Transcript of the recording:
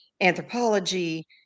anthropology